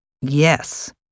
Yes